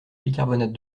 bicarbonate